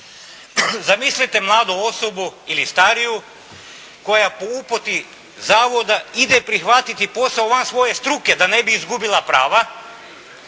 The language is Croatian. Zamislite mladu osobu ili stariju koja po uputi zavoda ide prihvatiti posao van svoje struke da ne bi izgubila prava.